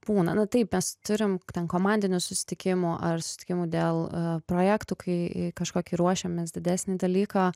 būna na taip mes turim ten komandinių susitikimų ar susitikimų dėl projektų kai kažkokį ruošiamės didesnį dalyką